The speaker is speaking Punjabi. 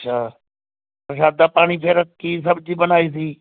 ਅੱਛਾ ਪ੍ਰਸ਼ਾਦਾ ਪਾਣੀ ਫਿਰ ਕੀ ਸਬਜ਼ੀ ਬਣਾਈ ਸੀ